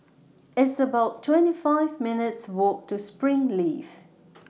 It's about twenty five minutes' Walk to Springleaf